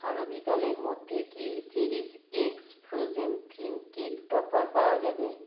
আগামীকালের মধ্যে কি চেরিশ এক্স ফ্রোজেন থিম কেক টপার পাওয়া যাবে